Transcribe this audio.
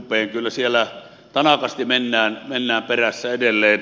kyllä siellä tanakasti mennään perässä edelleen